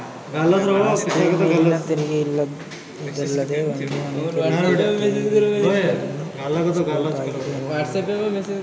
ಆಸ್ತಿಯ ಮೇಲಿನ ತೆರಿಗೆ ಇದಲ್ಲದೇ ಇನ್ನೂ ಅನೇಕ ರೀತಿಯ ತೆರಿಗೆಗಳನ್ನ ಗಮನಿಸಬಹುದಾಗಿದೆ ಎನ್ನಬಹುದು